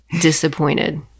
disappointed